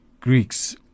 Greeks